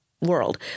world